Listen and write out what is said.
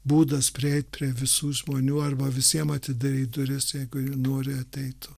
būdas prieiti prie visų žmonių arba visiems atidaryti duris jeigu jie nori ateiti